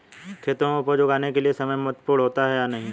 खेतों में उपज उगाने के लिये समय महत्वपूर्ण होता है या नहीं?